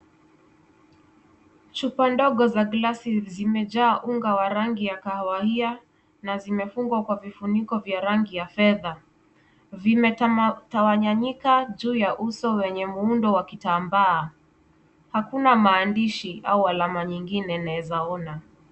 Chupa ndogo za glasi zimejaa unga wa rangi ya kahawia na zimefungwa kwa vifuniko vya rangi ya fedha. Vimetawanyinyika juu ya uso wenye muundo wa kitambaa. Hakuna maandishi au alama nyingine naeza ona.